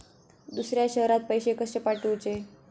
दुसऱ्या शहरात पैसे कसे पाठवूचे?